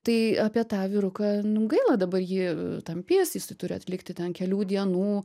tai apie tą vyruką nu gaila dabar jį tampys jisai turi atlikti ten kelių dienų